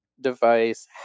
device